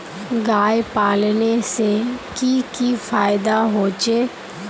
गाय पालने से की की फायदा होचे?